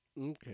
okay